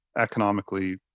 economically